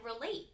relate